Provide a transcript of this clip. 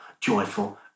joyful